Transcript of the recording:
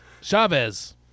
Chavez